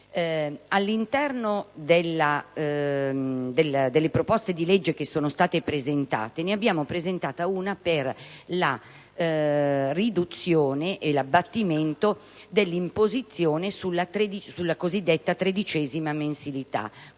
All'interno delle proposte di legge che abbiamo presentato ce ne é una per la riduzione e l'abbattimento dell'imposizione sulla cosiddetta tredicesima mensilità.